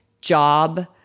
job